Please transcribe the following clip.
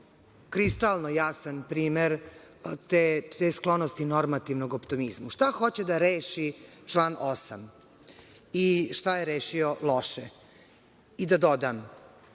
kristalno jasan primer te sklonosti normativnog optomizmu. Šta hoće da reši član 8 i šta je rešio loše? Da dodam,